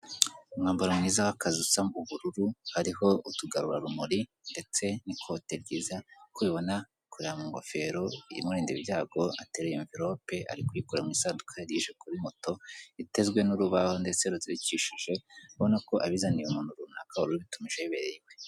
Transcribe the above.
Umwambaro mwiza w'akazi usa nk'ubururu hariho utugarura rumuri ndetse n'ikote ryiza, nkuko ubibona ari kurebera mu ngofero imurinda ibyago, ateruye amverope ari kuyikura mu isanduka yarije kuri moto itezwe n'urubaho ndetse ruzirikishije ubona ko abizaniye umuntu runaka warubitumije yibereye iwe.